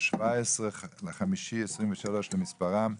ה-17.5.23 למספרם.